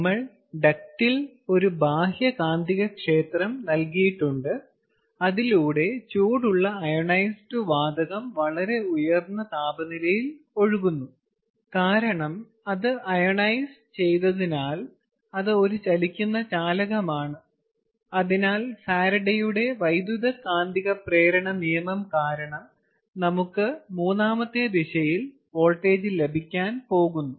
നമ്മൾ ഡക്റ്റിൽ ഒരു ബാഹ്യ കാന്തികക്ഷേത്രം നൽകിയിട്ടുണ്ട് അതിലൂടെ ചൂടുള്ള അയോണൈസ്ഡ് വാതകം വളരെ ഉയർന്ന താപനിലയിൽ ഒഴുകുന്നു കാരണം അത് അയോണൈസ് ചെയ്തതിനാൽ അത് ഒരു ചലിക്കുന്ന ചാലകമാണ് അതിനാൽ ഫാരഡെയുടെ വൈദ്യുതകാന്തിക പ്രേരണ നിയമം കാരണം നമുക്ക് മൂന്നാമത്തെ ദിശയിൽ വോൾട്ടേജ് ലഭിക്കാൻ പോകുന്നു